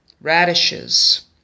radishes